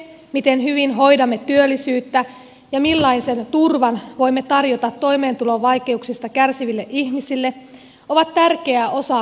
se miten hyvin hoidamme työllisyyttä ja millaisen turvan voimme tarjota toimeentulovaikeuksista kärsiville ihmisille on tärkeä osa keinovalikoimaa